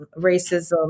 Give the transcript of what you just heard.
racism